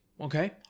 okay